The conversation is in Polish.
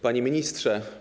Panie Ministrze!